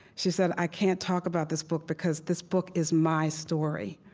she said, i can't talk about this book because this book is my story.